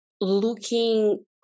looking